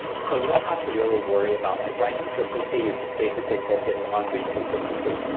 so you don't have to really worry about like write consistency, you're just basically focused on read consistency.